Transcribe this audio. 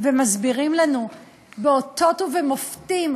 ומסבירים לנו באותות ובמופתים,